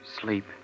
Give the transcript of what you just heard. Sleep